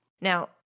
Now